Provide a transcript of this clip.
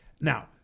Now